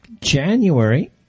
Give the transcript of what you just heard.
January